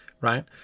right